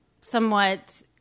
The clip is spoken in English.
somewhat